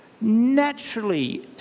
naturally